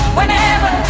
Whenever